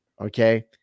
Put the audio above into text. Okay